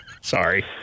Sorry